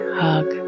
hug